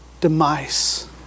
demise